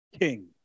king